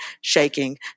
shaking